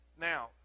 now